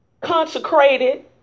consecrated